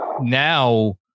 now